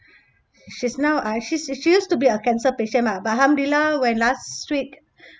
she's now uh she's she used to be a cancer patient mah but alhamdulillah when last week